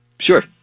Sure